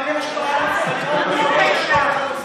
אין לי השפעה על אף אחד.